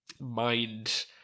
mind